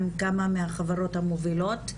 עם כמה מהחברות המובילות,